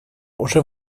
уже